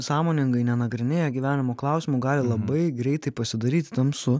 sąmoningai nenagrinėja gyvenimo klausimų gali labai greitai pasidaryti tamsu